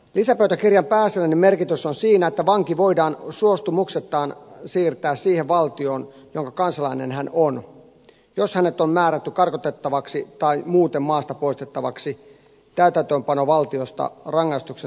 lisäpöytäkirjan pääasiallinen merkitys on siinä että vanki voidaan suostumuksettaan siirtää siihen valtioon jonka kansalainen hän on jos hänet on määrätty karkotettavaksi tai muuten maastapoistettavaksi täytäntöönpanovaltiosta rangaistuksen suorittamisen jälkeen